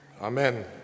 Amen